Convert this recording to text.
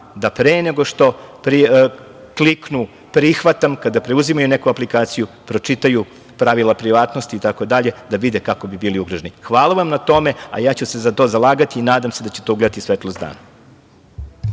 da pre nego što kliknu – prihvatam kada preuzimaju neku aplikaciju pročitaju pravila privatnosti da vide kako bi bili ugroženi. Hvala vam na tome, a ja ću se za to zalagati i nadam se da će to ugledati svetlost dana.